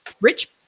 rich